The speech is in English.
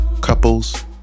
couples